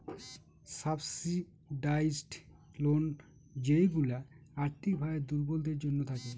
subsidised loan যেইগুলা আর্থিক ভাবে দুর্বলদের জন্য থাকে